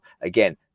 again